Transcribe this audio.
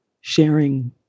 sharing